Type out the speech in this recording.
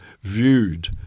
viewed